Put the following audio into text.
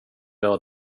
gör